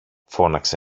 φώναξε